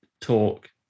talk